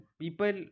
people